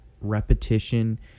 repetition